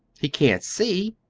he can't see.